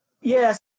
Yes